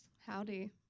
Howdy